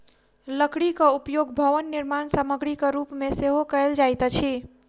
लकड़ीक उपयोग भवन निर्माण सामग्रीक रूप मे सेहो कयल जाइत अछि